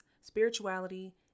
spirituality